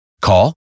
Call